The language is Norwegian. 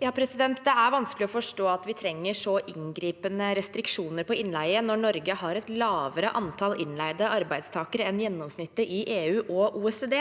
Det er vanskelig å forstå at vi trenger så inngripende restriksjoner på innleie når Norge har et lavere antall innleide arbeidstakere enn gjennomsnittet i EU og OECD.